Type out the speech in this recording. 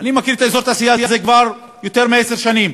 אני מכיר את אזור התעשייה הזה כבר יותר מעשר שנים.